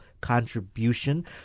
contribution